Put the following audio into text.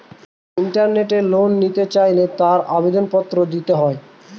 ইন্টারনেটে লোন নিতে চাইলে তার আবেদন পত্র দিতে হয়